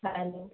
hello